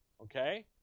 okay